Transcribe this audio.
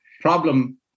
problem